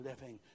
living